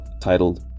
titled